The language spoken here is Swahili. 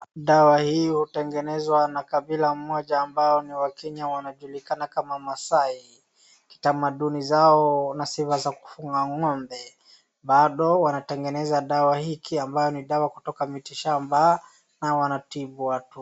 Dawa hii hutengenezwa na kabila moja ambao ni wakenya wanaojulikana kama Masaai . Tamaduni zao na sifa za kujunga ng'ombe, bado wanatengeneza dawa hiki ambao ni dawa kutoka miti shamba na wanatibu watu.